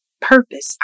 purpose